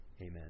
Amen